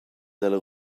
dalla